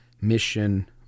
mission